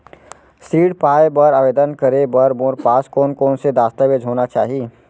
ऋण पाय बर आवेदन करे बर मोर पास कोन कोन से दस्तावेज होना चाही?